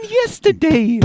yesterday